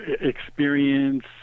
experience